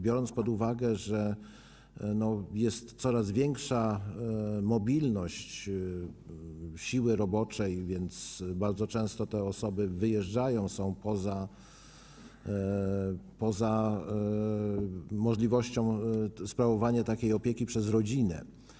Biorąc pod uwagę, że jest coraz większa mobilność siły roboczej, więc bardzo często te osoby wyjeżdżają, są poza możliwością sprawowania takiej opieki przez rodzinę.